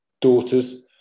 daughters